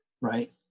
right